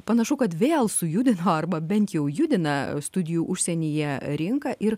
panašu kad vėl sujudino arba bent jau judina studijų užsienyje rinką ir